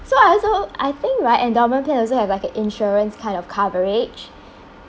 so I also I think right endowment plan also have like a insurance kind of coverage